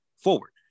forward